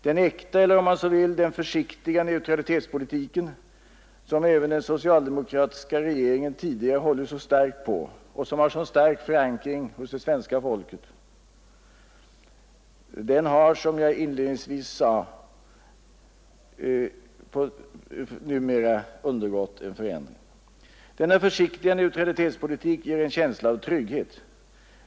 Den äkta eller, om man så vill, den försiktiga neutralitetspolitiken som även den socialdemokratiska regeringen tidigare har hållit så starkt på och som har så stark förankring i det svenska folkets medvetande har numera undergått en förändring. Denna försiktiga neutralitetspolitik ger en känsla av trygghet.